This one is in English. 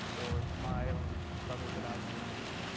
or my own brothers that i served with.